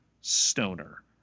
Stoner